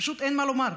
פשוט אין מה לומר.